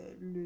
le